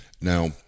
Now